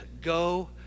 go